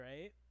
right